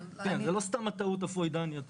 זו לא סתם טעות פרוידיאנית.